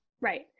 Right